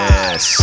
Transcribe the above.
Yes